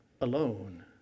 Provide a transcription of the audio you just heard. alone